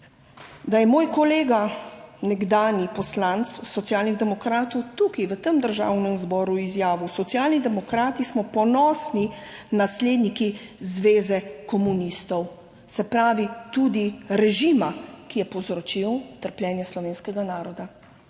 da je moj kolega nekdanji poslanec Socialnih demokratov tukaj v tem Državnem zboru izjavil: "Socialni demokrati smo ponosni nasledniki Zveze komunistov." - se pravi tudi režima, ki je povzročil trpljenje slovenskega naroda.